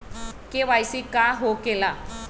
KYC का हो के ला?